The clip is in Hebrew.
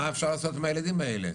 מה אפשר לעשות עם הילדים האלה?